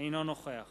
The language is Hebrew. אינו נוכח